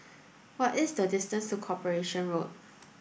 what is the distance to Corporation Road